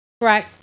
Right